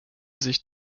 sich